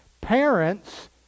parents